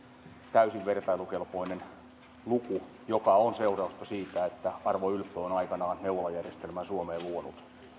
täysin vertailukelpoinen luku joka on seurausta siitä että arvo ylppö on aikanaan neuvolajärjestelmän suomeen luonut